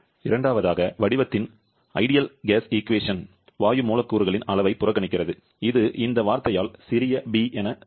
இரண்டாவதாக வடிவத்தின் சிறந்த வாயு சமன்பாடு வாயு மூலக்கூறுகளின் அளவை புறக்கணிக்கிறது இது இந்த வார்த்தையால் சிறிய b